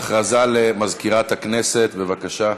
הודעה למזכירת הכנסת, בבקשה.